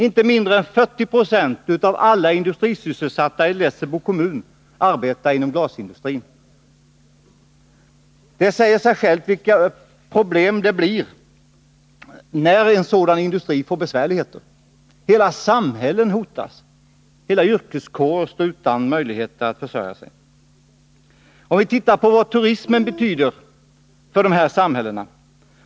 Inte mindre än 40 96 av alla industrisysselsatta i Lessebo kommun arbetar inom glasindustrin. Det säger sig självt vilka problem det blir när en sådan industri får besvärligheter. Hela samhällen hotas, hela yrkeskårer står utan möjligheter att försörja sig. Låt oss titta på vad turismen betyder för dessa samhällen.